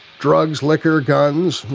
drugs, liquor, guns,